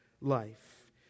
life